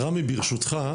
רמי ברשותך,